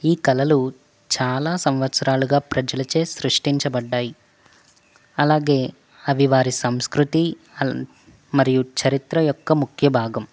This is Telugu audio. ఈ కళలు చాలా సంవత్సరాలుగా ప్రజలచే సృష్టించబడ్డాయి అలాగే అవి వారి సంస్కృతి అలా మరియు చరిత్ర యొక్క ముఖ్య భాగం